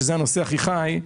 שזה הנושא הכי חי,